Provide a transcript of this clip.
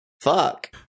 Fuck